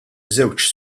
żewġ